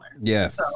Yes